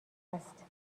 است